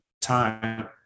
time